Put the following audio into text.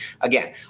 Again